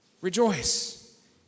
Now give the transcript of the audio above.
Rejoice